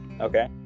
okay